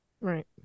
Right